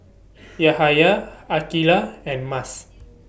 Yahaya Aqilah and Mas